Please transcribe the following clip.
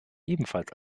ebenfalls